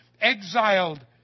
exiled